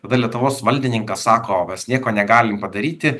tada lietuvos valdininkas sako mes nieko negalim padaryti